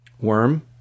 Worm